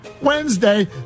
Wednesday